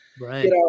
right